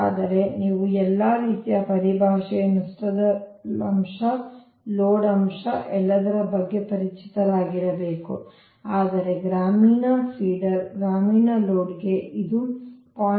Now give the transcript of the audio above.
ಆದರೆ ನೀವು ಎಲ್ಲಾ ರೀತಿಯ ಪರಿಭಾಷೆಯ ನಷ್ಟದ ಅಂಶ ಲೋಡ್ ಅಂಶ ಎಲ್ಲದರ ಬಗ್ಗೆ ಪರಿಚಿತರಾಗಿರಬೇಕು ಆದರೆ ಗ್ರಾಮೀಣ ಫೀಡರ್ ಗ್ರಾಮೀಣ ಲೋಡ್ ಗೆ ಇದು 0